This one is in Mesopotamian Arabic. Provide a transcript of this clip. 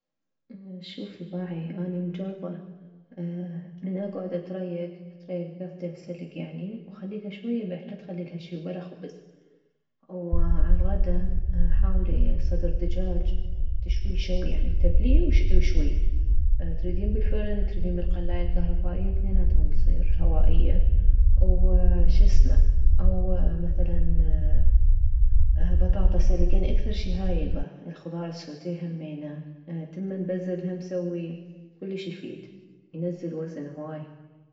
شوفي باعي اني مجربة من اكعد اتريك اتريك بيضتين سلك يعني واخليلها شوية ملح لا تخليلها شي وبلا خبز وعالغده حاولي صدر دجاج تشويه شويه تبليه واشويه تريدين بالفرن تريدين بالقلاية الكهربائية ثنيناتهم يصير الهوائية وشسمه او مثلا بطاطا سلك يعني اكثر شي هاي هاي الخضار السوتيه همينه تمن بزل هم سوي كلش يفيد ينزل وزن هواي